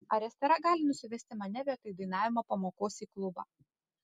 ar estera gali nusivesti mane vietoj dainavimo pamokos į klubą